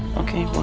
okay